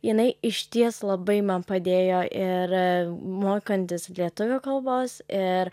jinai išties labai man padėjo ir mokantis lietuvių kalbos ir